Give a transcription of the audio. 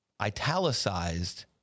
italicized